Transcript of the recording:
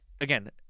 again